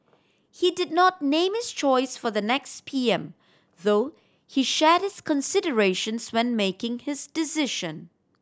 he did not name his choice for the next P M though he shared his considerations when making his decision